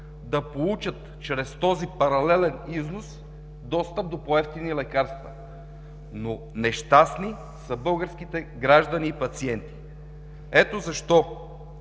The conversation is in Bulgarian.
да получат чрез този паралелен износ достъп до по-евтини лекарства, но нещастни са българските граждани и пациенти. Ето защо